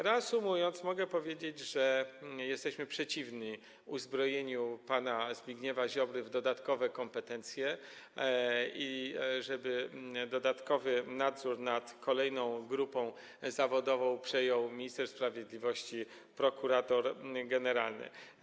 Reasumując, mogę powiedzieć, że jesteśmy przeciwni uzbrojeniu pana Zbigniewa Ziobry w dodatkowe kompetencje i temu, żeby dodatkowy nadzór nad kolejną grupą zawodową przejął minister sprawiedliwości prokurator generalny.